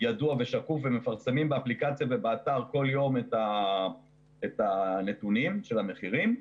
ידוע ושקוף ומפרסמים באפליקציה ובאתר כל יום את הנתונים של המחירים.